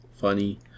Funny